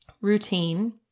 routine